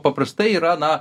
paprastai yra na